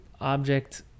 object